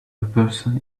person